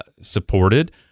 supported